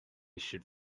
should